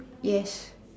yes